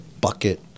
bucket